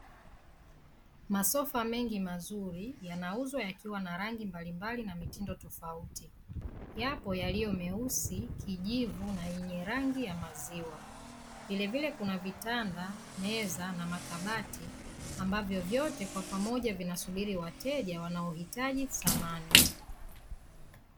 Masofa mengi mazuri yanauzwa yakiwa na rangi mbalimbali na mitindo tofauti yapo yaliyo meusi kijivu na yenye rangi ya maziwa vilevile kuna vitanda meza na makabati ambavyo vyote kwa pamoja vinasubiri wateja wanaohitaji samani.